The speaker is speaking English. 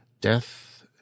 death